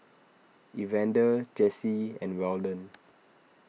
Evander Jesse and Weldon